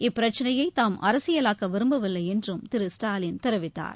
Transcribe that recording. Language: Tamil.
இப்பிரச்சினைய தாம் அரசியலாக்க விரும்பவில்லை என்றும் திரு ஸ்டாலின் தெரிவித்தார்